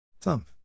thump